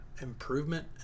improvement